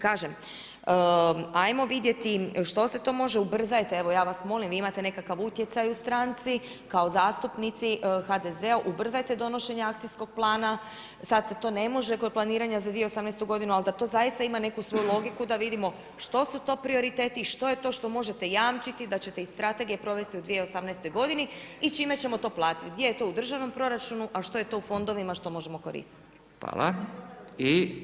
Kažem ajmo vidjeti što se to može, ubrzajte evo ja vas molim vi imate nekakav utjecaj u stranci kao zastupnici HDZ-a ubrzajte donošenje akcijskog plana, sada se to ne može kod planiranja za 2018. godinu, ali da to zaista ima neku svoju logiku da vidimo što su to prioriteti i što je to što možete jamčiti da ćete iz strategije provesti u 2018. godini i čime ćemo to platiti, gdje je to državnom proračunu, a što je to u fondovima što možemo koristiti.